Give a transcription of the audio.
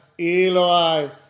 Eloi